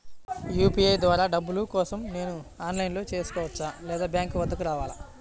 UPI ద్వారా డబ్బులు కోసం నేను ఆన్లైన్లో చేసుకోవచ్చా? లేదా బ్యాంక్ వద్దకు రావాలా?